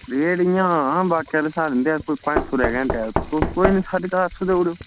rate इयां हां हां बाकी आह्ले देआ दे पंज्ज सौ रपेआ घैण्टा तुस कोई साड्ढे चार सौ देई ओड़ेओ